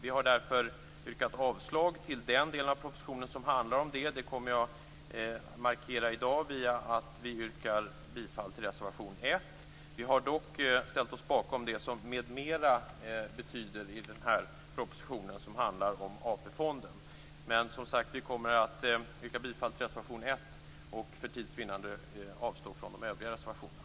Vi har därför yrkat avslag till den del av propositionen som handlar om det. Det kommer jag att markera i dag genom att vi yrkar bifall till reservation 1. Vi har dock ställt oss bakom det som fonden. Men som sagt, vi kommer att yrka bifall till reservation 1 och för tids vinnande avstå från de övriga reservationerna.